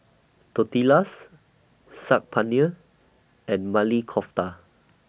Tortillas Saag Paneer and Maili Kofta